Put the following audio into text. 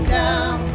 down